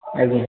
ଆଜ୍ଞା